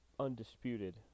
undisputed